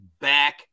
back